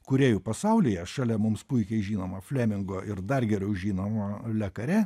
kūrėju pasaulyje šalia mums puikiai žinomo flemengo ir dar geriau žinomo lekarė